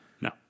No